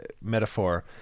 metaphor